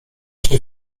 się